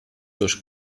durch